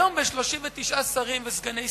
היום, עם 39 שרים וסגני שרים,